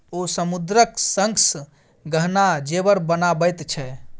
ओ समुद्रक शंखसँ गहना जेवर बनाबैत छै